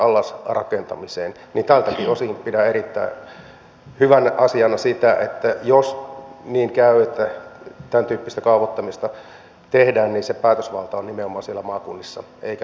tältäkin osin pidän erittäin hyvänä asiana sitä että jos niin käy että tämäntyyppistä kaavoittamista tehdään niin se päätösvalta on nimenomaan siellä maakunnissa eikä ympäristöministeriössä